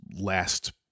last